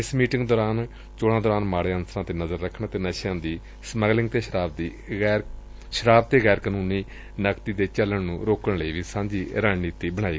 ਇਸ ਮੀਟਿੰਗ ਦੌਰਾਨ ਚੋਣਾਂ ਦੌਰਾਨ ਮਾਤੇ ਅਨਸਰਾਂ ਤੇ ਨਜ਼ਰ ਰੱਖਣ ਅਤੇ ਨਸ਼ਿਆਂ ਦੀ ਤਸਕਰੀ ਤੇ ਸ਼ਰਾਬ ਅਤੇ ਗੈਰਕਾਨੂੰਨੀ ਨਗਦੀ ਦੇ ਪ੍ਰਵਾਹ ਨੂੰ ਰੋਕਣ ਲਈ ਵੀ ਸਾਂਝੀ ਰਣਨੀਤੀ ਬਣਾਈ